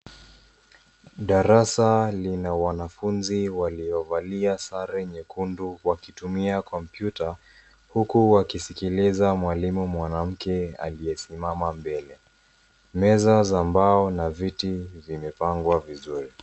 Darasa lina wanafunzi waliovalia sare nyekundu wakitumia kompyuta huku wakisikiliza mwalimu mwanamke aliyesimama mbele. Meza za mbao na viti vimepangwa vizuri.